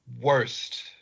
worst –